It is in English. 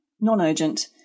non-urgent